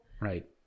Right